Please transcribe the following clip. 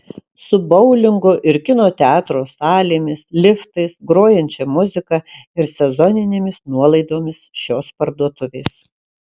su boulingo ir kino teatro salėmis liftais grojančia muzika ir sezoninėmis nuolaidomis šios parduotuvės